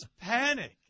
panic